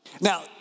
Now